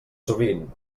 sovint